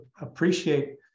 appreciate